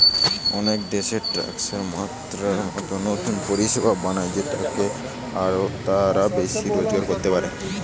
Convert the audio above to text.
অনেক দেশ ট্যাক্সের মাত্রা মতো নতুন পরিষেবা বানায় যেটাতে তারা আরো বেশি রোজগার করতে পারে